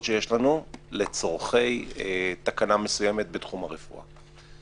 שיש לנו לצורכי תקנה מסוימת בתחום הרפואה.